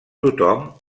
tothom